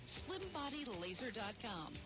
slimbodylaser.com